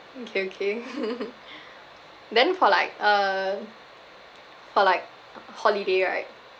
okay okay then for like uh for like holiday right